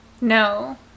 no